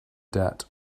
debt